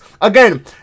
again